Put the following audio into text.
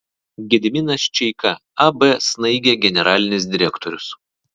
gediminas čeika ab snaigė generalinis direktorius